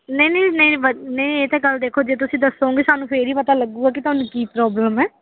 ਨਹੀਂ ਨਹੀਂ ਨਹੀਂ ਵਧ ਨਹੀਂ ਇਹ ਤਾਂ ਗੱਲ ਦੇਖੋ ਜੇ ਤੁਸੀਂ ਦੱਸੋਗੇ ਸਾਨੂੰ ਫਿਰ ਹੀ ਪਤਾ ਲੱਗੇਗਾ ਕਿ ਤੁਹਾਨੂੰ ਕੀ ਪ੍ਰੋਬਲਮ ਹੈ